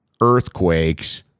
earthquakes